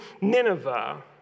Nineveh